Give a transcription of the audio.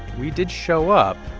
we did show up.